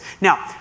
now